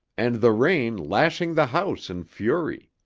and the rain lashing the house in fury.